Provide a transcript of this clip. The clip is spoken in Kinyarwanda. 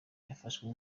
yafashwe